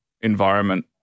environment